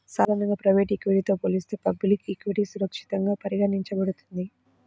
సాధారణంగా ప్రైవేట్ ఈక్విటీతో పోలిస్తే పబ్లిక్ ఈక్విటీ సురక్షితంగా పరిగణించబడుతుంది